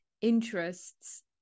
interests